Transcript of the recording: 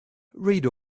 read